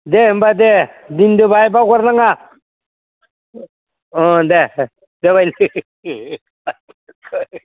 दे होमबा दे दोनदो भाइ बावगारनाङा अ दे दे जाबाय दे